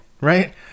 right